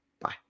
bye